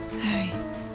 Hi